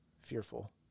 fearful